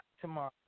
tomorrow